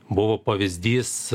buvo pavyzdys